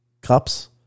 cups